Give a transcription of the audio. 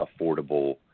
affordable